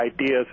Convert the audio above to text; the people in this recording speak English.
ideas